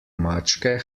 mačke